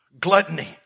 Gluttony